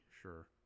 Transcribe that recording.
sure